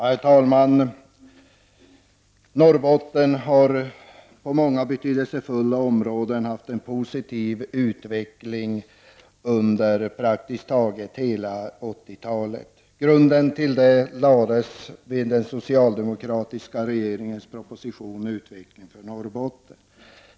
Herr talman! Norrbotten har på många betydelsefulla områden haft en positiv utveckling under praktiskt taget hela 80-talet. Grunden till detta lades med den socialdemokratiska regeringens proposition ''Utveckling i Norrbotten''.